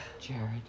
Jared